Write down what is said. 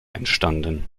entstanden